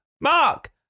Mark